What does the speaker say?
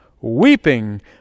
Weeping